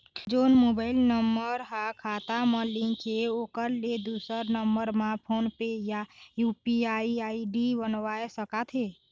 जोन mobile number हा खाता मा लिन्क हे ओकर ले दुसर नंबर मा फोन पे या यू.पी.आई आई.डी बनवाए सका थे?